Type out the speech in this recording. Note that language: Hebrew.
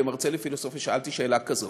כמרצה לפילוסופיה שאלתי שאלה כזו.